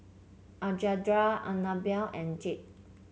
Alejandra Anibal and Jude